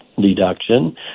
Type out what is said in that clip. deduction